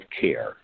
care